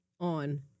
On